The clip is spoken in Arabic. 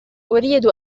أريد